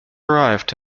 arrived